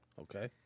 Okay